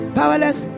powerless